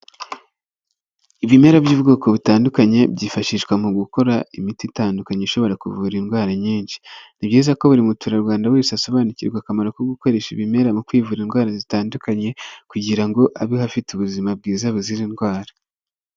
Ibimera by'ubwoko butandukanye, byifashishwa mu gukora imiti itandukanye, ishobora kuvura indwara nyinshi. Ni byiza ko buri munyarwanda wese asobanukirwa akamaro ko gukoresha ibimera mu kwivura indwara zitandukanye, kugira ngo abeho afite ubuzima bwiza buzira indwara.